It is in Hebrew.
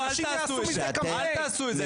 הנה אני אומר מפה, אל תעשו את זה.